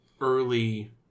early